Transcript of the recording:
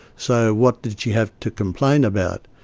so what did she have to complain about?